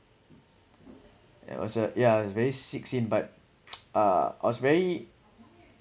and also yeah it's very sick scene but uh I was very